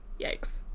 Yikes